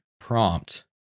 prompt